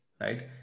right